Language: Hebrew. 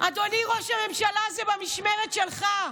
אדוני ראש הממשלה, זה במשמרת שלך.